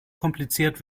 kompliziert